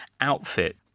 outfit